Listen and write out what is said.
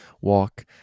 walk